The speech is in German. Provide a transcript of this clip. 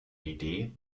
idee